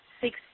six